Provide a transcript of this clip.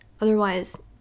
otherwise